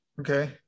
Okay